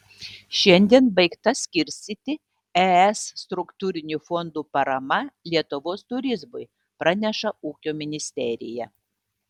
šiandien baigta skirstyti es struktūrinių fondų parama lietuvos turizmui praneša ūkio ministerija